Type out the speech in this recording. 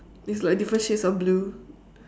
it's like different shades of blue